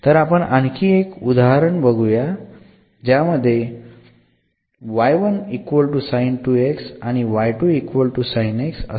तरआपण आणखी एक उदाहरण बघुयात जसे की